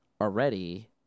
already